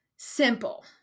Simple